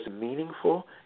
meaningful